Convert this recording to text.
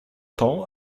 temps